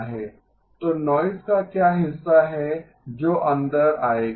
तो नॉइज़ का क्या हिस्सा है जो अंदर आएगा